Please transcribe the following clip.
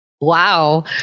Wow